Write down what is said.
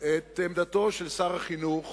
את עמדתו של שר החינוך